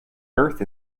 earth